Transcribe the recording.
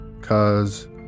cause